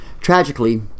Tragically